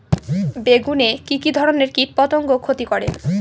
বেগুনে কি কী ধরনের কীটপতঙ্গ ক্ষতি করে?